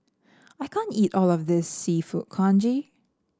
I can't eat all of this seafood congee